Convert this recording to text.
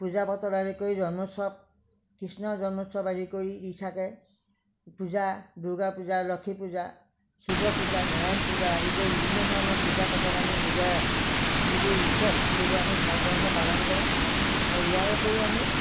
পূজা পাতল আদি কৰি জন্মোৎসৱ কৃষ্ণ জন্মোৎসৱ আদি কৰি ই থাকে পূজা দুৰ্গা পূজা লক্ষী পূজা শিৱ পূজা নাৰায়ণ পূজা আদি কৰি বিভিন্ন ধৰণৰ পূজা পাতল আমি নিজা যিবোৰ উৎসৱ সেইবোৰ আমি ভাল ধৰণে পালন কৰোঁ আৰু ইয়াৰ উপৰিও আমি